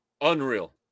unreal